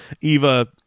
eva